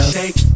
Shake